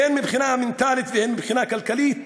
הן מבחינה מנטלית והן מבחינה כלכלית,